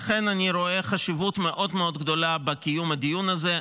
לכן אני רואה חשיבות מאוד מאוד גדולה בקיום הדיון הזה.